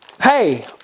Hey